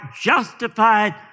justified